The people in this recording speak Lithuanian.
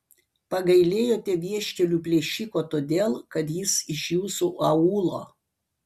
pagailėjote vieškelių plėšiko todėl kad jis iš jūsų aūlo